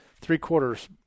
three-quarters